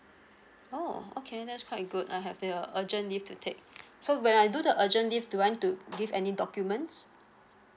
oh okay that's quite good I have the urgent leave to take so when I do the urgent leave do I need to give any documents